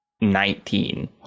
Nineteen